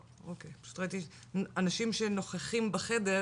אנחנו מלווים מדי שנה מאות ילדים נפגעי עבירה,